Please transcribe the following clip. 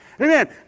Amen